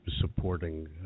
supporting